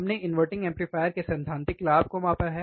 हमने inverting amplifier के सैद्धांतिक लाभ को मापा है